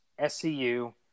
SCU